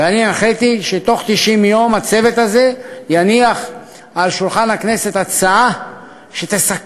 ואני הנחיתי שבתוך 90 יום הצוות הזה יניח על שולחן הכנסת הצעה שתסכם.